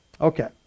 Okay